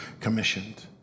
commissioned